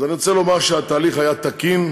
אני רוצה לומר שהתהליך היה תקין,